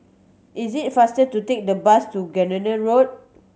is it faster to take the bus to Gardenia Road